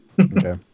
Okay